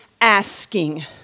asking